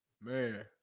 man